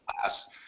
class